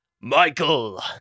Michael